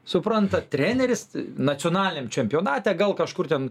suprantat treneris nacionaliniam čempionate gal kažkur ten